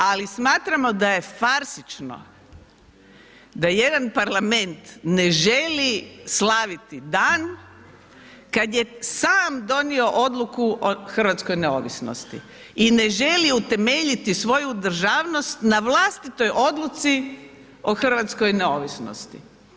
Ali smatramo da je farsično da jedan Parlament ne želi slaviti dan kada je sam donio odluku o hrvatskoj neovisnosti i ne želi utemeljiti svoju državnost na vlastitoj odluci o hrvatskoj neovisnosti.